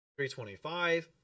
325